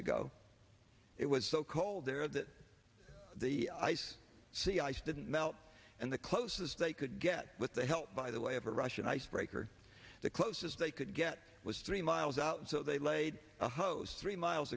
ago it was so cold there that the ice sea ice didn't melt and the closest they could get with the help by the way of a russian ice breaker the closest they could get was three miles out so they laid a hose three miles